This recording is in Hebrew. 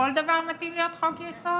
כל דבר מתאים להיות חוק-יסוד?